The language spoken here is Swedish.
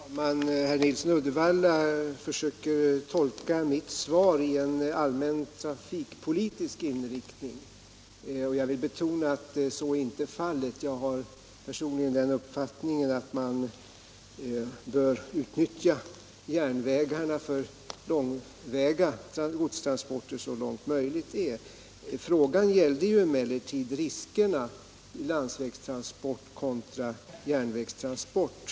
Herr talman! Herr Nilsson i Uddevalla försöker tolka mitt svar som ett inlägg om den allmänna trafikpolitiska inriktningen. Jag vill betona att det inte är det. Jag har personligen uppfattningen att man bör utnyttja järnvägarna för långväga godstransporter så mycket som det är möjligt. Frågan gällde emellertid risker med landsvägstransport kontra järnvägstransport.